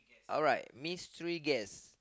alright mystery guest